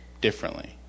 differently